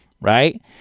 Right